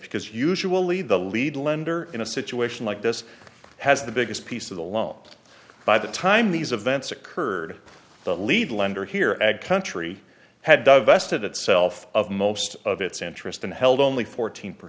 because usually the lead lender in a situation like this has the biggest piece of the loan by the time these events occurred the lead lender here at country had divested itself of most of its interest and held only fourteen per